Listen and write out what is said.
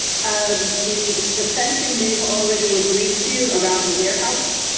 um the the fencing they've already agreed to around the warehouse.